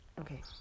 Okay